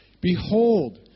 Behold